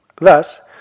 Thus